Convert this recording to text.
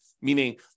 meaning